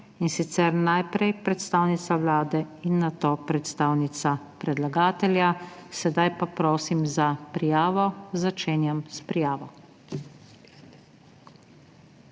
in sicer najprej predstavnica Vlade in nato predstavnica predlagatelja. Sedaj pa prosim za prijavo. Začenjam s prijavo.